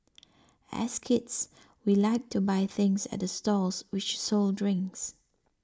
as kids we liked to buy things at the stalls which sold drinks